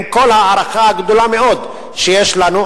עם כל ההערכה הגדולה מאוד שיש לנו.